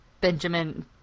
Benjamin